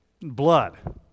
Blood